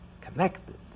connected